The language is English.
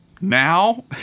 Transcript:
Now